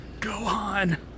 Gohan